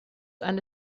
eine